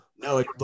No